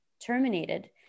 terminated